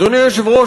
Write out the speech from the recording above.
אדוני היושב-ראש,